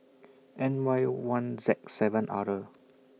N Y one Z seven R